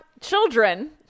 children